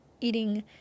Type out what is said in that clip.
eating